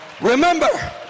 Remember